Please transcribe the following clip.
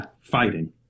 fighting